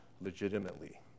legitimately